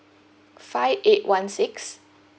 five eight one six